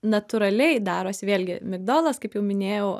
natūraliai daros vėlgi migdolas kaip jau minėjau